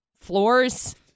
floors